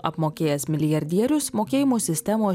apmokėjęs milijardierius mokėjimo sistemos